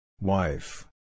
Wife